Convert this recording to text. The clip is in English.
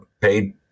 paid